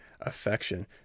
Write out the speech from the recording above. affection